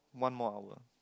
one more hour